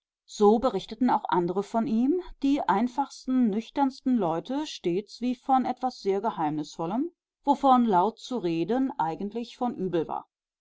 so berichteten auch andere von ihm die einfachsten nüchternsten leute stets wie von etwas sehr geheimnisvollen wovon laut zu reden eigentlich von übel war